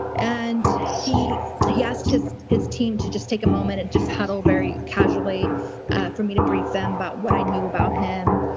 and he he asked his his team to just take a moment and just huddle very casually for me to brief them about what i knew about him.